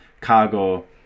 cargo